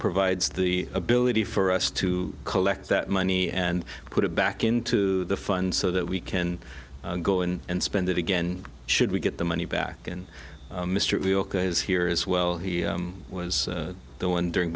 provides the ability for us to collect that money and put it back into the fund so that we can go and spend it again should we get the money back and mr is here as well he was the one during